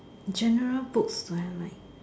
general books are like